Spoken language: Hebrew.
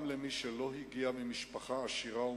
גם למי שלא הגיע ממשפחה עשירה ומיוחסת.